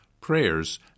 prayers